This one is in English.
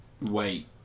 wait